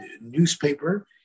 newspaper